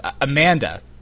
Amanda